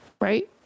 right